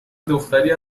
دختری